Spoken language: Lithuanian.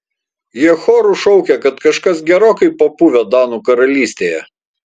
jie choru šaukia kad kažkas gerokai papuvę danų karalystėje